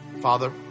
Father